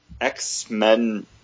X-Men